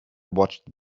watched